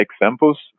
examples